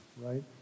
Right